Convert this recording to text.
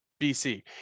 BC